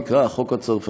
נקרא החוק הצרפתי,